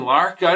Lark